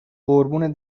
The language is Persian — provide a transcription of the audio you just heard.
قربون